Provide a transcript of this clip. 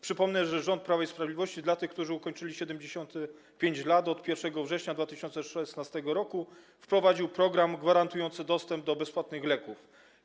Przypomnę, że rząd Prawa i Sprawiedliwości dla tych, którzy ukończyli 75 lat, od 1 września 2016 r. wprowadził program gwarantujący dostęp do bezpłatnych leków.